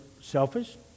selfish